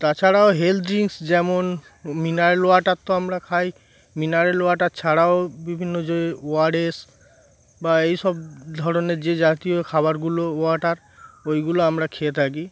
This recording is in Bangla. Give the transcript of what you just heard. তাছাড়াও হেলথ ড্রিঙ্কস যেমন মিনারেল ওয়াটার তো আমরা খাই মিনারেল ওয়াটার ছাড়াও বিভিন্ন যে ওআরএস বা এই সব ধরনের যে জাতীয় খাবারগুলো ওয়াটার ওইগুলো আমরা খেয়ে থাকি